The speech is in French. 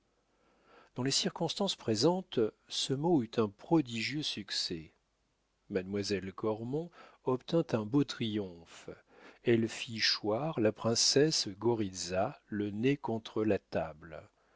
dans les circonstances présentes ce mot eut un prodigieux succès mademoiselle cormon obtint un beau triomphe elle fit choir la princesse goritza le nez contre la table